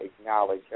acknowledge